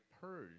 purge